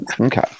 okay